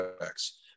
effects